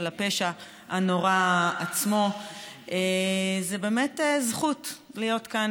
לפשע הנורא עצמו זו באמת זכות להיות כאן,